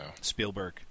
Spielberg